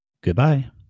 Goodbye